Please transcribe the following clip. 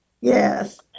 Yes